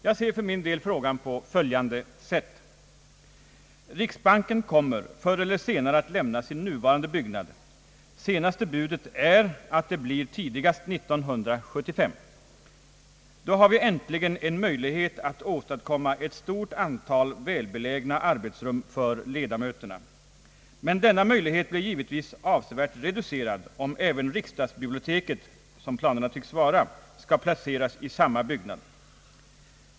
Jag ser för min del frågan på följande sätt, Riksbanken kommer förr eller senare att lämna sin nuvarande byggnad — senaste budet är att det blir tidigast 1975. Då har vi äntligen en möjlighet att åstadkomma ett stort antal välbelägna arbetsrum för ledamöterna. Men denna möjlighet blir givetvis avsevärt reducerad om även riksdagsbiblioteket, som planerna tycks vara, skall placeras i samma byggnad.